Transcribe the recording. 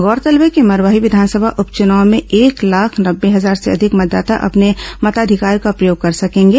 गौरतलब है कि मरवाही विघानसभा उपचुनाव में एक लाख नब्बे हजार से अधिक मतदाता अपने मताधिकार का प्रयोग कर सकेंगे